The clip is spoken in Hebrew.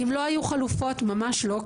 ממש לא,